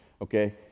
Okay